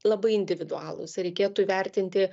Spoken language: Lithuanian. labai individualūs reikėtų įvertinti